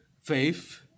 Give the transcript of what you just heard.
faith